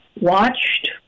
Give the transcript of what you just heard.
Watched